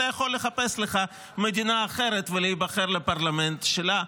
אתה יכול לחפש לך מדינה אחרת ולהיבחר לפרלמנט שלה.